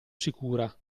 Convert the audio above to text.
sicura